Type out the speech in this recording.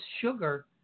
sugar